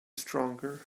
stronger